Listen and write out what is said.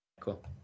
Cool